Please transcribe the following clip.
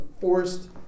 forced